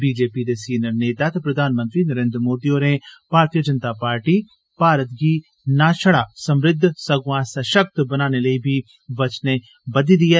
BJP दे senior नेता ते प्रधानमंत्री नरेन्द्र मोदी होरें भारती जनता पार्टी भारत गी नां छड़ा समृद्व सगुआं सशक्त बनाने लेई बी वचनबद्व ऐ